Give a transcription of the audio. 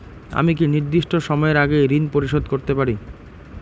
আমি কি নির্দিষ্ট সময়ের আগেই ঋন পরিশোধ করতে পারি?